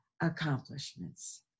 accomplishments